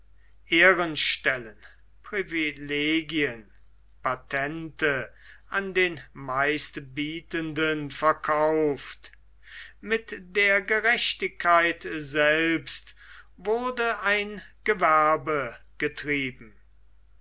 ehrenstellen privilegien patente an den meistbietenden verkauft mit der gerechtigkeit selbst wurde ein gewerbe getrieben